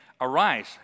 Arise